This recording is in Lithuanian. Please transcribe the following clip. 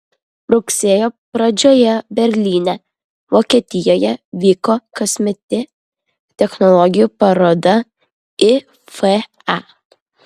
rugsėjo pradžioje berlyne vokietijoje vyko kasmetė technologijų paroda ifa